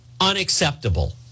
unacceptable